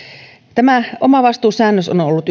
tämä omavastuusäännös on on ollut